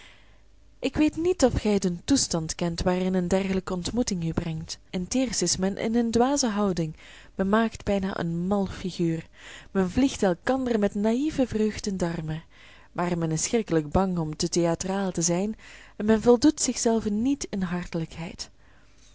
ik weet niet of gij den toestand kent waarin een dergelijke ontmoeting u brengt in t eerst is men in een dwaze houding men maakt bijna een mal figuur men vliegt elkander met naïeve vreugd in de armen maar men is schrikkelijk bang om te theatraal te zijn en men voldoet zichzelven niet in